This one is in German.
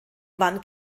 wann